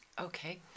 Okay